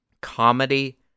comedy